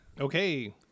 okay